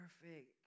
perfect